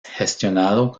gestionado